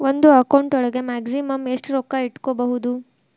ಒಂದು ಅಕೌಂಟ್ ಒಳಗ ಮ್ಯಾಕ್ಸಿಮಮ್ ಎಷ್ಟು ರೊಕ್ಕ ಇಟ್ಕೋಬಹುದು?